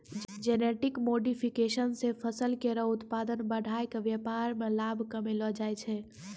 genetic modification सें फसल केरो उत्पादन बढ़ाय क व्यापार में लाभ कमैलो जाय छै